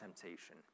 temptation